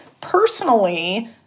Personally